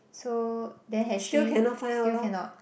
so then has she still cannot